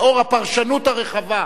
לאור הפרשנות הרחבה,